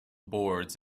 boards